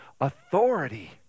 authority